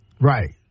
Right